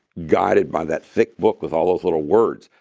guided by that thick book with all those little words.